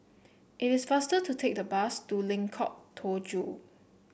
it is faster to take the bus to Lengkok Tujoh